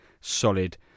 solid